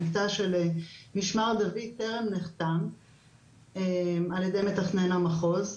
המקטע של משמר דוד טרם נחתם על ידי מתכנן המחוז.